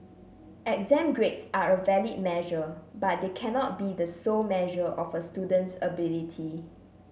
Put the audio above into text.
exam grades are a valid measure but they cannot be the sole measure of a student's ability